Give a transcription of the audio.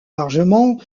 largement